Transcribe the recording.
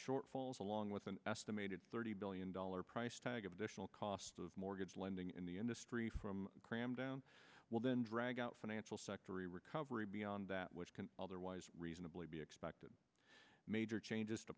shortfalls along with an estimated thirty billion dollars price tag of the actual cost of mortgage lending in the industry from cram down will then drag out financial sector recovery beyond that which can otherwise reasonably be expected major changes to